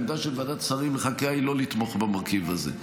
העמדה של ועדת שרים לחקיקה היא לא לתמוך במרכיב הזה,